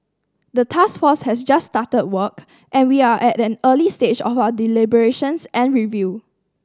the task force has just started work and we are at an early stage of our deliberations and review